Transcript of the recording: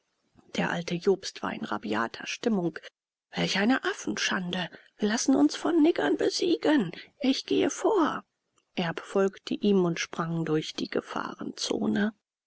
der alte jobst war in rabiater stimmung welch eine affenschande wir lassen uns von niggern besiegen ich gehe vor erb folgte ihm und sprang durch die